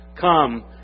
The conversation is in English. Come